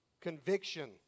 conviction